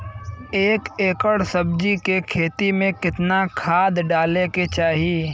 एक एकड़ सब्जी के खेती में कितना खाद डाले के चाही?